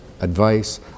advice